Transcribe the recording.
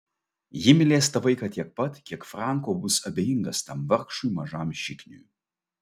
ji mylės tą vaiką tiek pat kiek franko bus abejingas tam vargšui mažam šikniui